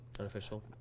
Unofficial